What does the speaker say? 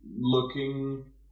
looking